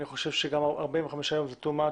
אני חושב שגם 45 ימים זה יותר מדי.